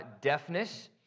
deafness